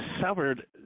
severed